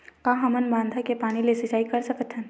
का हमन बांधा के पानी ले सिंचाई कर सकथन?